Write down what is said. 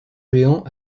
géants